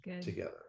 together